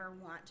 want